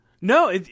No